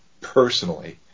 personally